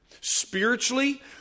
Spiritually